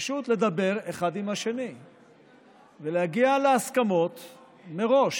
אנחנו צריכים פשוט לדבר אחד עם השני ולהגיע להסכמות מראש.